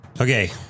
Okay